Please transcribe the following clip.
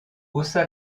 haussa